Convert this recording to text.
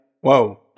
Whoa